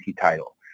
title